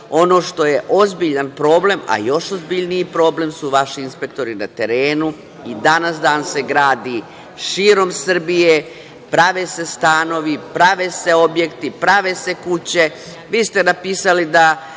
ono što je ozbiljna problem, a još ozbiljniji problem su vaši inspektori na terenu. I dan danas se gradi širom Srbije, prave se stanovi, prave se objekti, prave se kuće. Vi